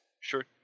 Sure